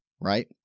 right